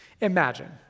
Imagine